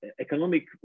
economic